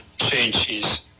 changes